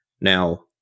Now